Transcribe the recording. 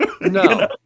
No